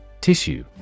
Tissue